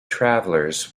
travelers